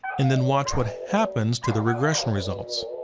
and then watch what happens to the regression results.